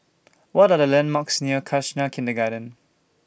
What Are The landmarks near Khalsa Kindergarten